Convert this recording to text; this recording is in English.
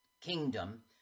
kingdom